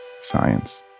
science